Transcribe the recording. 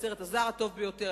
הסרט הזר הטוב ביותר,